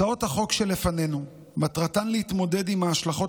הצעות החוק שלפנינו מטרתן להתמודד עם ההשלכות